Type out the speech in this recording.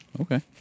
Okay